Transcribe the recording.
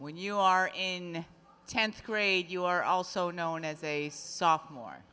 when you are in tenth grade you are also known as a sophomore